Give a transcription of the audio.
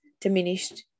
diminished